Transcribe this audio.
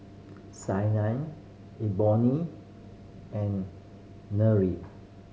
and Nery